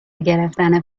گرفتن